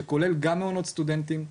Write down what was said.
שכולל גם מעונות סטודנטים,